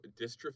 dystrophy